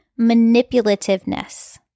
manipulativeness